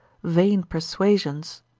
vain persuasions,